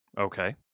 Okay